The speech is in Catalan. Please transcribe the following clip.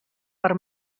per